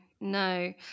no